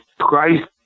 Christ